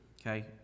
Okay